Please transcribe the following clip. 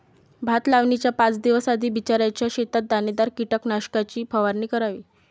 भात लावणीच्या पाच दिवस आधी बिचऱ्याच्या शेतात दाणेदार कीटकनाशकाची फवारणी करावी